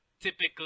typically